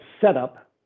setup